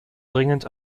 dringend